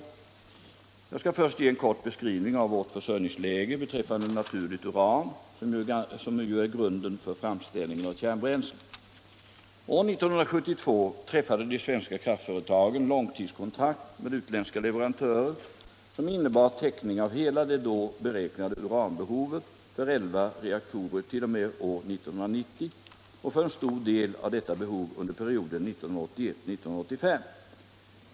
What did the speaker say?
Jag skall först ge en kort beskrivning av vårt försörjningsläge beträffande naturligt uran, som ju är grunden för framställningen av kärnbränsle. År 1972 träffade de svenska kraftföretagen långtidskontrakt med utländska leverantörer som innebar täckning av hela det då beräknade uranbehovet för elva reaktorer t.o.m. år 1980 och för en stor del av detta behov under perioden 1981-1985.